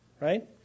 right